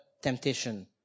temptation